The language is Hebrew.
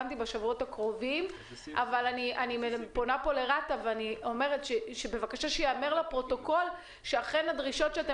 אבל קודם אני פונה פה לרת"א ומבקשת שייאמר לפרוטוקול שאכן הדרישות שהם